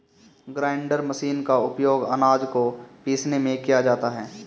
grinder machine का उपयोग आनाज को पीसने में किया जाता है